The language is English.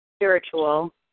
Spiritual